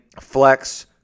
flex